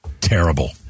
Terrible